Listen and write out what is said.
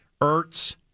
Ertz